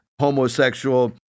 homosexual